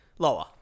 Lower